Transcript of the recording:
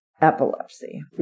epilepsy